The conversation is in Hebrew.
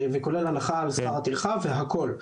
וכולל הנחה על שכר הטרחה והכול.